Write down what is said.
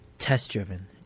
Test-driven